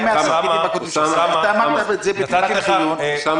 גם מתפקידיך הקודמים אמרת את זה בתחילת הדיון שיש כלים.